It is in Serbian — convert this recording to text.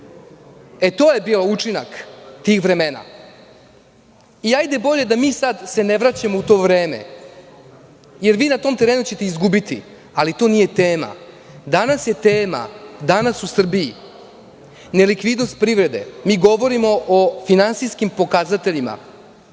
To je bio učinak tih vremena. Hajde bolje da se mi sada ne vraćamo u to vreme, jer ćete vi na tom terenu izgubiti, ali to nije tema. Danas je tema, danas u Srbiji, nelikvidnost privrede. Mi govorimo o finansijskim pokazateljima